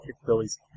capabilities